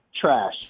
Trash